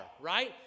right